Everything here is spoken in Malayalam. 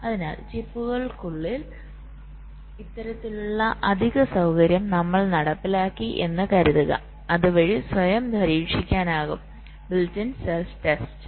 അതിനാൽ ചിപ്പുകൾക്കുള്ളിൽ ഇത്തരത്തിലുള്ള അധിക സൌകര്യം നമ്മൾ നടപ്പിലാക്കി എന്ന് കരുതുക അതുവഴി അത് സ്വയം പരീക്ഷിക്കാനാകുംബിൽട് ഇൻ സെല്ഫ് ടെസ്റ്റ്